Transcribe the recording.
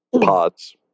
pods